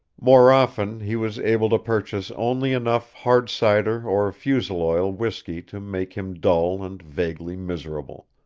more often he was able to purchase only enough hard cider or fuseloil whisky to make him dull and vaguely miserable.